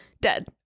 dead